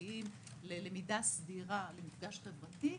מגיעים ללמידה סדירה ולמפגש חברתי,